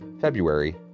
February